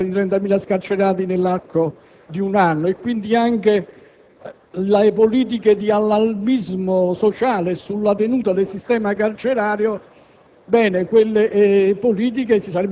l'indulto non ci sarebbe stato, perché si tratta di 30.000 scarcerati nell'arco di un anno. Quindi, anche le politiche di allarmismo sociale sulla tenuta del sistema carcerario